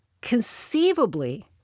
conceivably